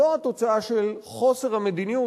זאת התוצאה של חוסר המדיניות,